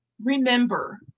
remember